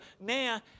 now